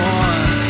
one